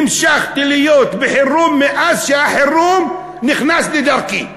המשכתי להיות בחירום מאז שהחירום נכנס לדרכי.